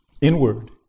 inward